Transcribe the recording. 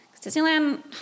Disneyland